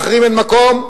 לאחרים אין מקום.